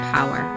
Power